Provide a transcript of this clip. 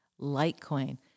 Litecoin